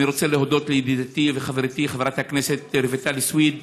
אני רוצה להודות לידידתי וחברתי חברת הכנסת רויטל סויד,